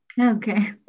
Okay